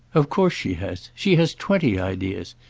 of course she has she has twenty ideas.